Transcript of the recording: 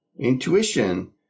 Intuition